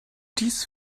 dies